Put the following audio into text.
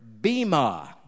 bima